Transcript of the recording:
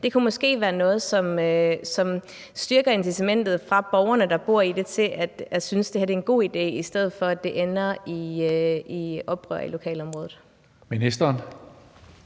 Det kunne måske være noget, som styrker incitamentet hos borgerne, der bor i det, og får dem til at synes, det her er en god idé, i stedet for at det ender i oprør i lokalområdet.